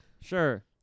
Sure